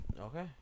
Okay